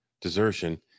desertion